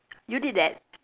you did that